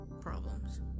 problems